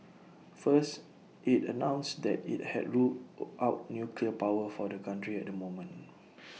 first IT announced that IT had ruled out nuclear power for the country at the moment